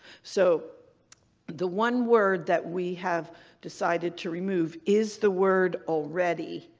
so the one word that we have decided to remove is the word already.